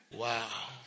wow